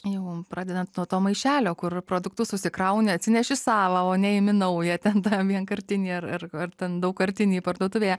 jau pradedant nuo to maišelio kur produktus susikrauni atsineši savą o ne imi naują ten tą vienkartinį ar ar ar ten daugkartinį parduotuvėje